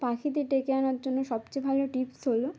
পাখিদের ডেকে আনার জন্য সবচেয়ে ভালো টিপস হলো